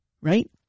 right